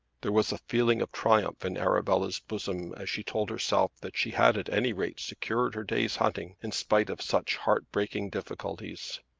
there was a feeling of triumph in arabella's bosom as she told herself that she had at any rate secured her day's hunting in spite of such heart-breaking difficulties.